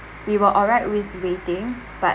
we were alright with waiting but